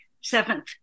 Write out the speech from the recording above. Seventh